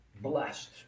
Blessed